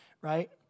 right